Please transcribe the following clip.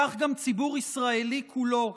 כך גם ציבור ישראלי כולו,